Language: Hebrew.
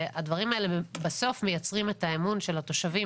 הדברים האלה בסוף מייצרים את האמון של התושבים